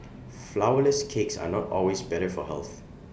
Flourless Cakes are not always better for health